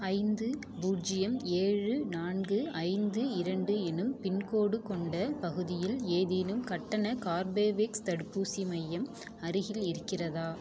ஐந்து பூஜ்ஜியம் ஏழு நான்கு ஐந்து இரண்டு என்னும் பின்கோட் கொண்ட பகுதியில் ஏதேனும் கட்டண கார்பவேக்ஸ் தடுப்பூசி மையம் அருகில் இருக்கிறதா